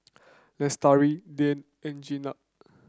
Lestari Dian and Jenab